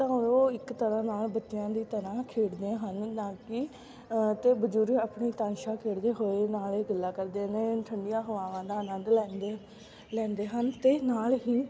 ਤਾਂ ਉਹ ਇੱਕ ਤਰ੍ਹਾਂ ਨਾਲ ਬੱਚਿਆਂ ਦੀ ਤਰ੍ਹਾਂ ਖੇਡਦੀਆਂ ਹਨ ਨਾ ਕਿ ਅਤੇ ਬਜ਼ੁਰਗ ਆਪਣੀ ਤਾਸ਼ਾਂ ਖੇਡਦੇ ਹੋਏ ਨਾਲੇ ਗੱਲਾਂ ਕਰਦੇ ਨੇ ਠੰਡੀਆਂ ਹਵਾਵਾਂ ਦਾ ਆਨੰਦ ਲੈਂਦੇ ਲੈਂਦੇ ਹਨ ਅਤੇ ਨਾਲ ਹੀ